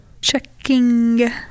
Checking